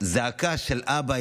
זעקה של "אבא",